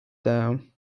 the